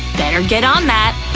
better get on that!